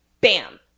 bam